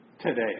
today